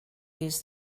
use